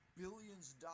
billions